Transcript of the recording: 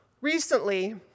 Recently